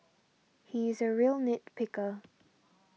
he is a real nit picker